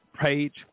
page